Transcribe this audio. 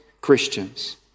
Christians